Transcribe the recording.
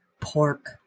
pork